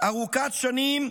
ארוכת שנים,